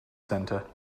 center